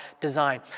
design